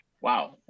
wow